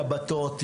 שבתות,